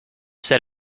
said